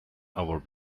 our